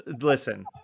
Listen